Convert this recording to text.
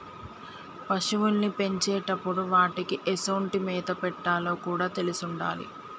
పశువుల్ని పెంచేటప్పుడు వాటికీ ఎసొంటి మేత పెట్టాలో కూడా తెలిసుండాలి